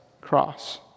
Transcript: cross